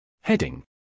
Heading